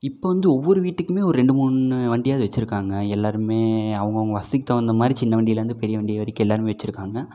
இப்போ வந்து ஒவ்வொரு வீட்டுக்கும் ஒரு ரெண்டு மூணு வண்டியாவது வச்சுருக்காங்க எல்லோருமே அவங்கவுங்க வசதிக்கு தகுந்தமாதிரி சின்ன வண்டிலேருந்து பெரிய வண்டி வரைக்கும் எல்லோருமே வச்சுருக்காங்க